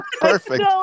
Perfect